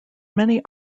many